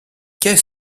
qu’est